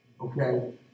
Okay